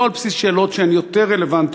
ולא על בסיס שאלות שהן יותר רלוונטיות,